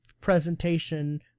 presentation